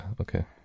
Okay